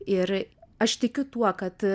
ir aš tikiu tuo kad